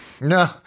No